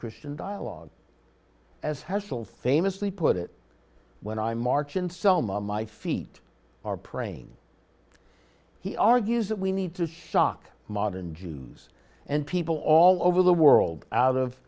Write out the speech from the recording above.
christian dialogue as hassle famously put it when i march in selma my feet are praying he argues that we need to shock modern jews and people all over the world out of